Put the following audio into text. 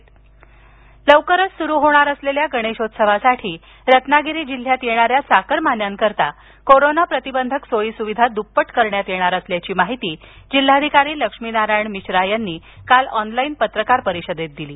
गणेशोत्सव लवकरच सुरू होणार असलेल्या गणेशोत्सवासाठी रत्नागिरी जिल्ह्यात येणाऱ्या चाकरमान्यांकरता कोरोनाप्रतिबंधक सोयीसुविधा दुप्पट करण्यात येणार असल्याची माहिती जिल्हाधिकारी लक्ष्मीनारायण मिश्रा यांनी काल ऑनलाइन पत्रकार परिषदेत दिली